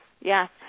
yes